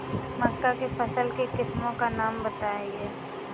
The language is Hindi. मक्का की फसल की किस्मों का नाम बताइये